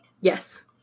Yes